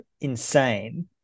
insane